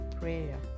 prayer